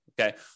Okay